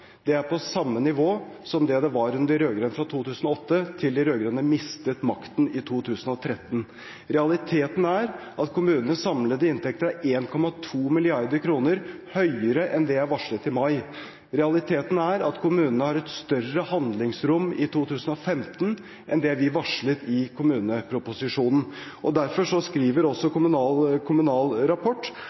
er på samme nivå som det det var under de rød-grønne fra 2008 og frem til de rød-grønne mistet makten i 2013. Realiteten er at kommunenes samlede inntekter er 1,2 mrd. kr høyere enn det jeg varslet i mai. Realiteten er at kommunene har et større handlingsrom i 2015 enn det vi varslet i kommuneproposisjonen. Derfor skriver også Kommunal Rapport: